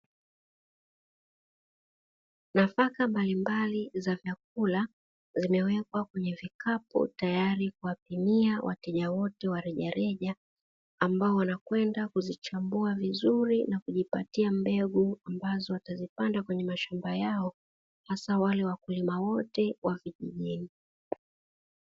Nafaka mbalimbali za vyakula, zimewekwa kwenye vikapu, tayari kuwapimia wateja wote wa rejareja. Ambao wanakwenda kuzichambua vizuri na kujipatia mbegu ambazo watazipanda kwenye mashamba yao, hasa wale wakulima wote wa vijijini.